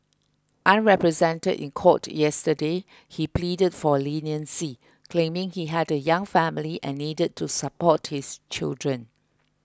unrepresented in court yesterday he pleaded for leniency claiming he had a young family and needed to support his children